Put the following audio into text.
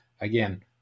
Again